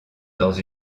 dans